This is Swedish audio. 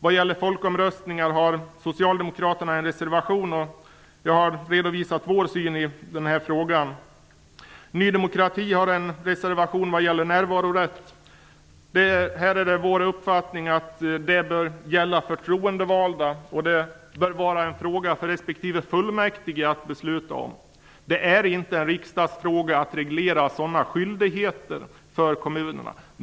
Vad gäller folkomröstningar har Socialdemokraterna en reservation, och jag har redovisat vår syn i den frågan. Ny demokrati har en reservation som gäller närvarorätt. Här är det vår uppfattning att det bör gälla förtroendevalda. Det bör vara en fråga för respektive fullmäktige att besluta om. Det är inte en riksdagsfråga att reglera sådana skyldigheter för kommunerna.